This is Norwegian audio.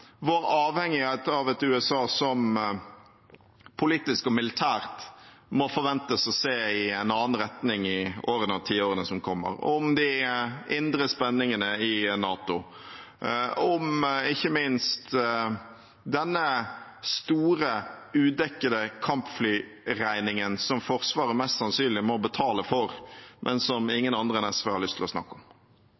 vår avhengighet av et USA som politisk og militært må forventes å se i en annen retning i årene og tiårene som kommer, om de indre spenningene i NATO, og ikke minst om denne store udekkede kampflyregningen som Forsvaret mest sannsynlig må betale for, men som